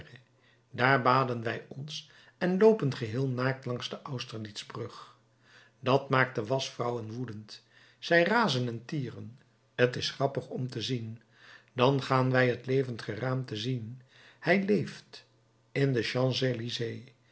daar baden wij ons en loopen geheel naakt langs de austerlitzbrug dat maakt de waschvrouwen woedend zij razen en tieren t is grappig om te zien dan gaan wij het levend geraamte zien hij leeft in de champs